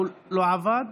הוא לא עבד?